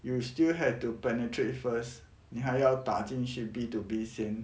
you'll still have to penetrate first 你还要打进去 B two B 先